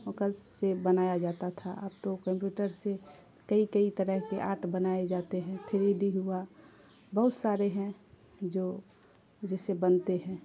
سے بنایا جاتا تھا اب تو کمپیوٹر سے کئی کئی طرح کے آرٹ بنائے جاتے ہیں تھری ڈی ہوا بہت سارے ہیں جو جیسے بنتے ہیں